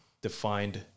defined